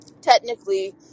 technically